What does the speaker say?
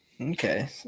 Okay